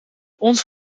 onze